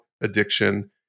addiction